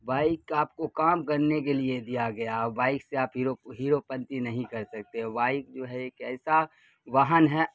bike آپ کو کام کرنے کے لیے دیا گیا اور بائک سے آپ ہیرو ہیرو پنتی نہیں کر سکتے بائک جو ہے ایک ایسا واہن ہے